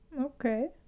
Okay